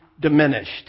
diminished